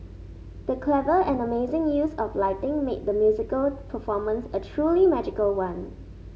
the clever and amazing use of lighting made the musical performance a truly magical one